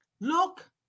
look